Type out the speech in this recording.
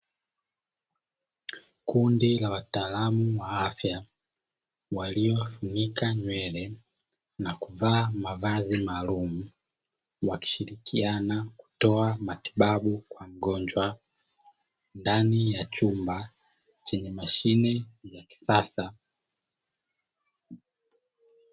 Kundi la wataalamu wa afya waliofunika nywele na kuvaa mavazi maalumu wakishirikiana kutoa matibabu kwa mgonjwa ndani ya chumba chenye mashine za kisasa.